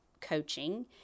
coaching